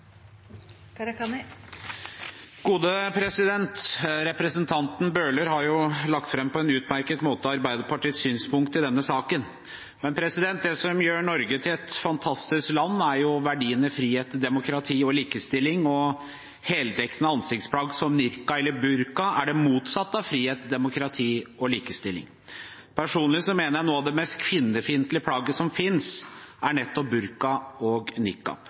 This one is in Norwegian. Representanten Bøhler har på en utmerket måte lagt fram Arbeiderpartiets synspunkt i denne saken. Men det som gjør Norge til et fantastisk land, er verdiene frihet, demokrati og likestilling, og heldekkende ansiktsplagg som nikab og burka er det motsatte av frihet, demokrati og likestilling. Personlig mener jeg at noen av de mest kvinnefiendtlige plaggene som finnes, er nettopp burka og